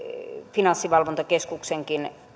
finanssivalvontakeskuksenkin